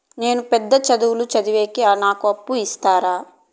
నేను పెద్ద చదువులు చదివేకి నాకు అప్పు ఇస్తారా